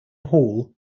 hall